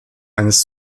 eines